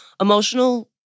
emotional